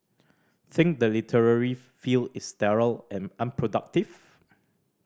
think the literary field is sterile and unproductive